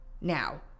now